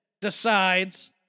decides